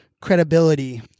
credibility